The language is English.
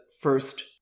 first